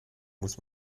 muss